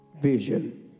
vision